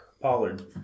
Pollard